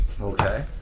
Okay